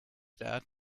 that